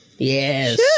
Yes